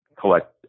collect